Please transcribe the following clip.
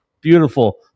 beautiful